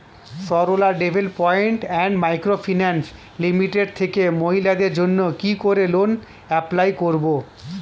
Sarala development and micro finance limited থেকে মহিলাদের জন্য কি করে লোন এপ্লাই করব?